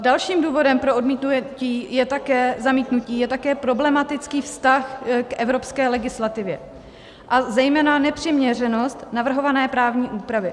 Dalším důvodem pro odmítnutí, zamítnutí je také problematický vztah k evropské legislativě, a zejména nepřiměřenost navrhované právní úpravy.